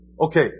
okay